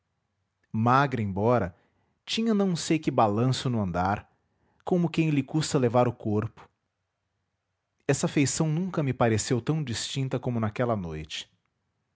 magra embora tinha não sei que balanço no andar como quem lhe custa levar o corpo essa feição nunca me pareceu tão distinta como naquela noite